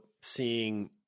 seeing